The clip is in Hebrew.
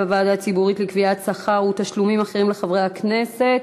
הוועדה הציבורית לקביעת שכר ותשלומים אחרים לחברי הכנסת.